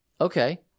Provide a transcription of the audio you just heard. Okay